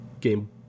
game